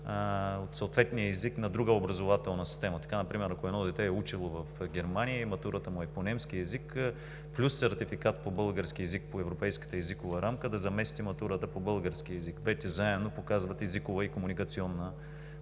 от съответния език на друга образователна система. Така например, ако едно дете е учило в Германия и матурата му е по немски език, плюс сертификат по български език по европейската езикова рамка, да замести матурата по български език. Двете заедно показват езикова и комуникационна